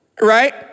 Right